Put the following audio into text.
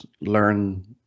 learn